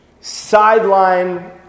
sideline